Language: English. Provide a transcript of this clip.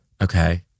Okay